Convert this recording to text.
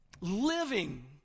Living